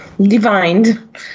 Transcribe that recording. Divined